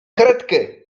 karetkę